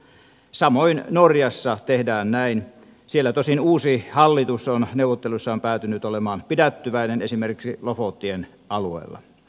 samoin norjassa tehdään näin siellä tosin uusi hallitus on neuvotteluissaan päätynyt olemaan pidättyväinen esimerkiksi lofoottien alueella